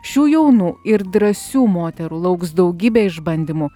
šių jaunų ir drąsių moterų lauks daugybė išbandymų